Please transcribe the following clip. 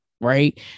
Right